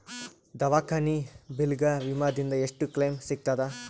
ದವಾಖಾನಿ ಬಿಲ್ ಗ ವಿಮಾ ದಿಂದ ಎಷ್ಟು ಕ್ಲೈಮ್ ಸಿಗತದ?